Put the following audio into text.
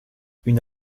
une